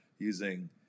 using